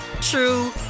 true